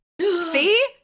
See